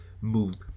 moved